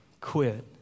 quit